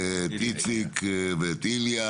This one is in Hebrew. את איציק, איליה